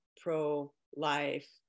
pro-life